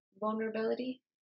vulnerability